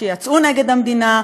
שיצאו נגד המדינה,